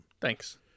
Thanks